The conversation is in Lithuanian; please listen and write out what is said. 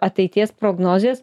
ateities prognozės